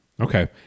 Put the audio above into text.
okay